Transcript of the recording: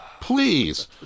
Please